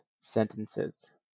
sentences